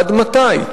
עד מתי?